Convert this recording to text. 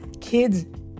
kids